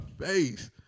face